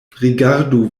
rigardu